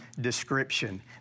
description